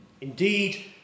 Indeed